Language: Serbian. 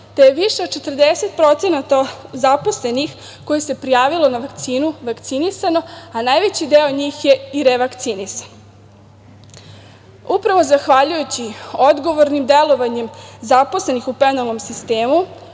te je više od 40% zaposlenih koji su se prijavili za vakcinu vakcinisano, a najveći deo njih je i revakcinisan. Upravo zahvaljujući odgovornom delovanju zaposlenih u penalnom sistemu,